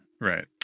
right